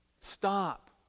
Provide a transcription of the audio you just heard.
stop